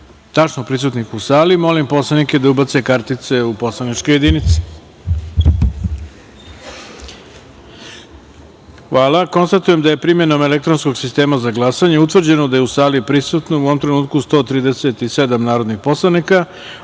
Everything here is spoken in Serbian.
prisutnih u sali, molim poslanike da ubace kartice u poslaničke jedinice. Konstatujem da je primenom elektronskog sistema za glasanje utvrđeno da je u sali prisutno, u ovom trenutku, 137 narodnih poslanika,